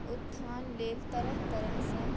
उत्थान लेल तरह तरहसँ